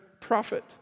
prophet